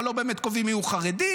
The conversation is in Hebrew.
אבל לא באמת קובעים מיהו חרדי.